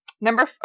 number